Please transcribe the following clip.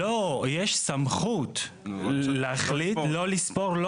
לא, יש סמכות להחליט לא לספור.